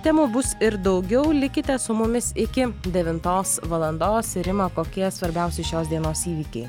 temų bus ir daugiau likite su mumis iki devintos valandos ir rima kokie svarbiausi šios dienos įvykiai